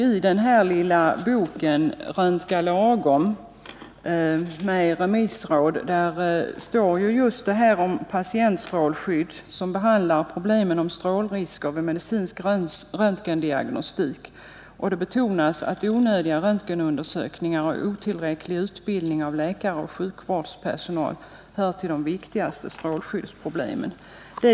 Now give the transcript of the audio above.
I den lilla boken Röntga lagom, som innehåller remissråd, står det just om patientstrålskydd. Där behandlas problemen med strålrisker vid medicinsk röntgendiagnostik. Det betonas att onödiga röntgenundersökningar och otillräcklig utbildning av läkaroch sjukvårdspersonal hör till de största strålskyddsproblemen.